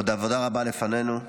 עוד עבודה רבה לפנינו.